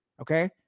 Okay